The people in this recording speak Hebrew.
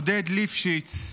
עודד ליפשיץ,